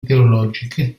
teologiche